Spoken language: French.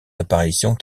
apparitions